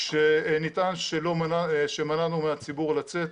כשנטען שמנענו מהציבור לצאת,